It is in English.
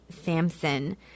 samson